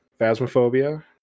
Phasmophobia